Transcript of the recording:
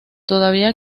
todavía